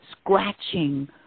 scratching